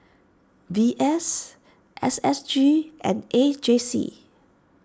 V S S S G and A J C